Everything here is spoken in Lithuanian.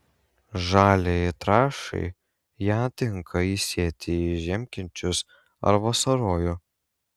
žaliajai trąšai ją tinka įsėti į žiemkenčius ar vasarojų